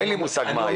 אין לי מושג מה היה.